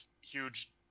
huge